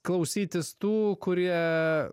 klausytis tų kurie